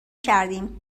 کردیم